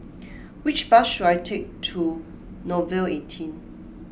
which bus should I take to Nouvel eighteen